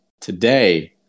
today